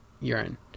urine